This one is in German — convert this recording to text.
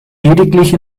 lediglich